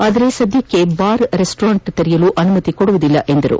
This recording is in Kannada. ಆದರೆ ಸದ್ಯಕ್ಕೆ ಬಾರ್ ರೆಸ್ಫೋರೆಂಟ್ ತೆರೆಯಲು ಅನುಮತಿ ಇರುವುದಿಲ್ಲ ಎಂದರು